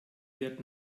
wird